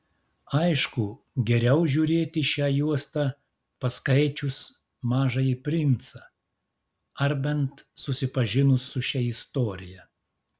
aišku geriau žiūrėti šią juostą paskaičius mažąjį princą ar bent susipažinus su šia istorija